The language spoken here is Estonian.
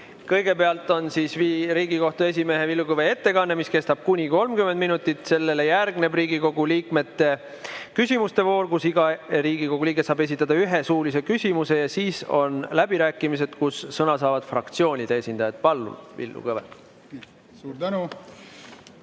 Kõigepealt on Riigikohtu esimehe Villu Kõve ettekanne, mis kestab kuni 30 minutit. Sellele järgneb Riigikogu liikmete küsimuste voor, kus iga Riigikogu liige saab esitada ühe suulise küsimuse. Siis on läbirääkimised, kus sõna saavad fraktsioonide esindajad. Palun, Villu Kõve! Tänane